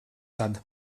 tad